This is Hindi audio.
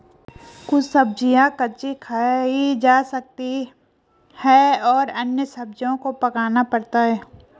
कुछ सब्ज़ियाँ कच्ची खाई जा सकती हैं और अन्य सब्ज़ियों को पकाना पड़ता है